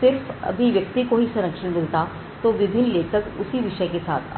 सिर्फ अभिव्यक्ति को ही संरक्षण मिलता तो विभिन्न लेखक उसी विषय के साथ आते